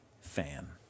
fan